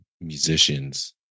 musicians